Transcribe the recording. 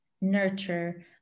nurture